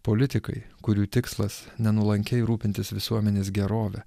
politikai kurių tikslas nenuolankiai rūpintis visuomenės gerove